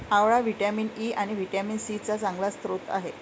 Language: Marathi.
आवळा व्हिटॅमिन ई आणि व्हिटॅमिन सी चा चांगला स्रोत आहे